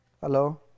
Hello